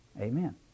Amen